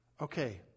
okay